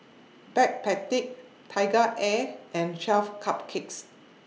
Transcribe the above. Backpedic TigerAir and twelve Cupcakes